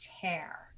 tear